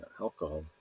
alcohol